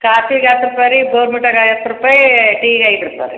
ಕಾಫಿಗೆ ಹತ್ತು ರೂಪಾಯಿ ರೀ ಬೊರ್ಮಿಟಗೆ ಐವತ್ತು ರೂಪಾಯಿ ಟೀಗೆ ಐದು ರೂಪಾಯಿ ರೀ